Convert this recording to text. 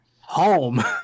home